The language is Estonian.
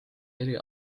eri